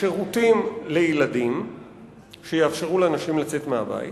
שירותים לילדים שיאפשרו לנשים לצאת מהבית